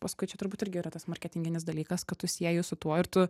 paskui čia turbūt irgi yra tas marketinginis dalykas kad tu sieju su tuo ir tu